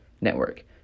Network